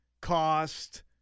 cost